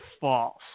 false